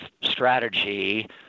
strategy